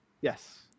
Yes